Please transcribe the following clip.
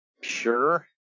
sure